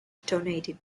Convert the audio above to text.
donated